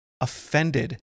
offended